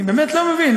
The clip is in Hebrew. אני באמת לא מבין.